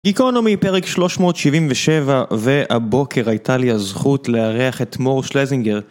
גיקורנומי, פרק 377, והבוקר הייתה לי הזכות לארח את מור שלזינגר.